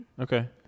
okay